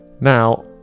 Now